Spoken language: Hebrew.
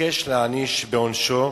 וביקש להחמיר בעונשו.